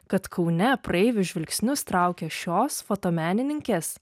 kad kaune praeivių žvilgsnius traukė šios fotomenininkės